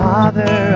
Father